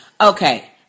Okay